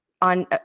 on